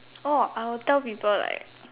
oh I will tell people like